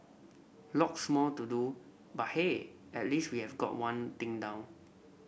lots more to do but hey at least we have got one thing down